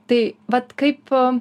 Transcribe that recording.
tai vat kaip